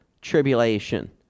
Tribulation